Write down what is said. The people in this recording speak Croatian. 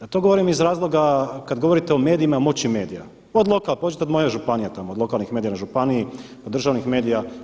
Da to govorim iz razloga kada govorite o medijima, moći medija, pođite od moje županije tamo od lokalnih medija na županiji do državnih medija.